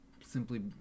simply